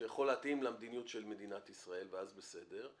שיכול להתאים למדיניות של מדינת ישראל ואז בסדר,